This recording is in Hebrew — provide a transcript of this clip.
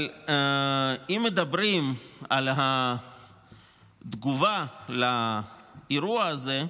אבל אם מדברים על התגובה לאירוע הזה,